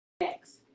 next